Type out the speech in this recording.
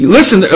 Listen